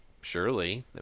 Surely